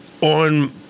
on